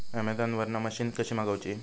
Amazon वरन machine कशी मागवची?